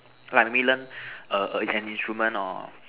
like maybe learn err an instrument or